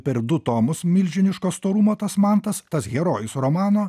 per du tomus milžiniško storumo tas mantas tas herojus romano